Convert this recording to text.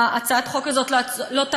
הצעת החוק הזאת לא תעצור,